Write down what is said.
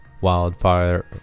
wildfire